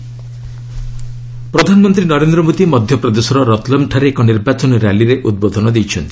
PM rally ପ୍ରଧାନମନ୍ତ୍ରୀ ନରେନ୍ଦ୍ର ମୋଦି ମଧ୍ୟପ୍ରଦେଶର ରତ୍ଲମ୍ଠାରେ ଏକ ନିର୍ବାଚନ ର୍ୟାଲୀରେ ଉଦ୍ବୋଧନ ଦେଇଛନ୍ତି